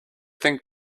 think